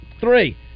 Three